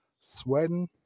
sweating